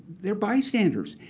they're bystanders,